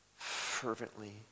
fervently